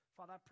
Father